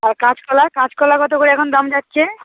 আর কাঁচকলা কাঁচকলা কত করে এখন দাম যাচ্ছে